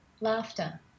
laughter